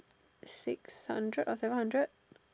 six hundred or seven hundred